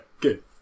good